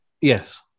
Yes